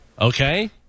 Okay